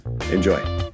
Enjoy